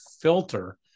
filter